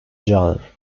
genre